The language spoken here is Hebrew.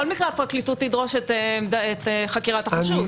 בכל מקרה הפרקליטות תדרוש את חקירת החשוד.